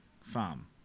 farm